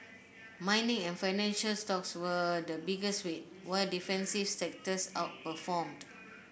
mining and financial stocks were the biggest weight while defensive sectors outperformed